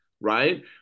right